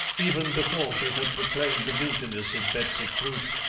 even before she had proclaimed the guiltiness of betsy croot,